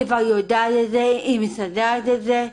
היא כבר יודעת את זה, היא מסדרת את זה.